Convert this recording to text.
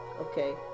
Okay